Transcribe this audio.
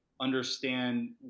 understand